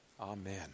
Amen